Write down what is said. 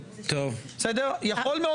זה פשוט לא